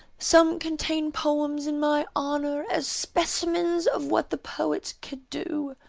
some contain poems in my honor, as specimens of what the poet can do.